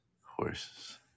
Horses